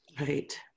Right